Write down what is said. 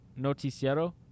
noticiero